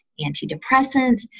antidepressants